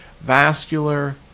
vascular